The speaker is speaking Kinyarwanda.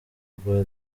rwa